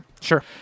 Sure